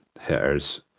hitters